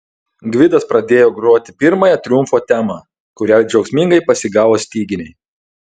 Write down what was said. gvidas pradėjo groti pirmąją triumfo temą kurią džiaugsmingai pasigavo styginiai